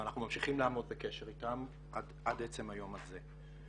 ואנחנו ממשיכים לעמוד בקשר איתם עד עצם היום הזה.